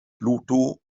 pluto